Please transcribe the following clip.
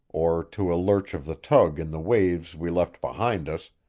or to a lurch of the tug in the waves we left behind us,